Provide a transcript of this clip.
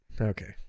Okay